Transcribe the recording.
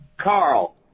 Carl